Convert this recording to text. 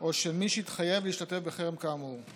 או של מי שהתחייב להשתתף בחרם כאמור.